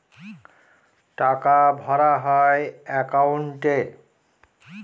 টাকা ভরা হয় একাউন্টে